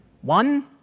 One